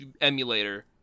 emulator